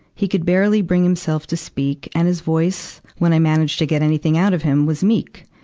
he could barely bring himself to speak, and his voice, when i managed to get anything out of him, was meek.